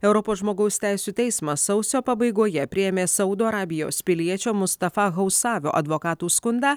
europos žmogaus teisių teismas sausio pabaigoje priėmė saudo arabijos piliečio mustafa hausavio advokatų skundą